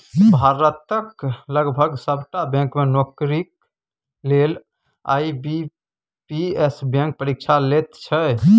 भारतक लगभग सभटा बैंक मे नौकरीक लेल आई.बी.पी.एस बैंक परीक्षा लैत छै